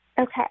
Okay